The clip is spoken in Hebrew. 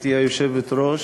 גברתי היושבת-ראש,